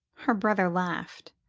her brother laughed.